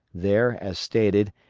there, as stated,